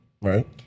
Right